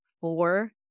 four